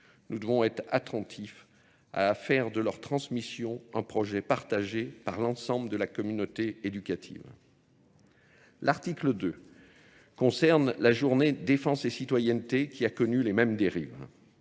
Nous devons être attentifs à la faire de leur transmission un projet partagé par l'ensemble de la communauté éducative. L'article 2 concerne la journée Défense et citoyenneté qui a connu les mêmes dérives.